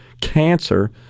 cancer